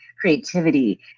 Creativity